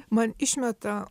man išmeta